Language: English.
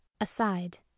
Aside